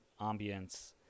ambience